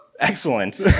Excellent